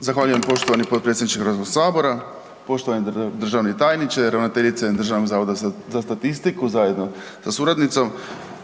Zahvaljujem poštovani potpredsjedniče HS, poštovani državni tajniče, ravnateljice Državnog zavoda za statistiku zajedno sa suradnicom.